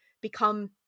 become